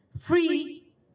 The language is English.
free